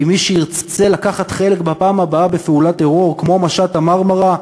כי מי שירצה לקחת חלק בפעם הבאה בפעולת טרור כמו משט ה"מרמרה",